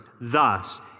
thus